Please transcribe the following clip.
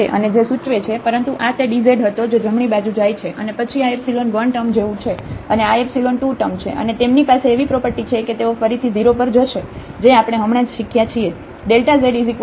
અને જે સૂચવે છે પરંતુ આ તે dz હતો જે જમણી બાજુ જાય છે અને પછી આ એપ્સીલોન 1 ટર્મ જેવું છે અને આ એપ્સીલોન 2 ટર્મ છે અને તેમની પાસે એવી પ્રોપર્ટી છે કે તેઓ ફરીથી 0 પર જશે જે આપણે હમણાં જ શીખ્યા છે